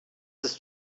ist